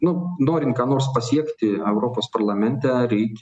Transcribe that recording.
nu norint ką nors pasiekti europos parlamente reikia